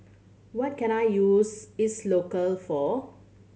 what can I use Isocal for